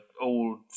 old